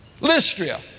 Lystria